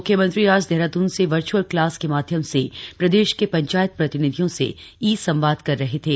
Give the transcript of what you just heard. म्ख्यमंत्री आज देहरादून से वर्घ्अल क्लास के माध्यम से प्रदेश के पंचायत प्रतिनिधियों से ई संवाद कर रहे थे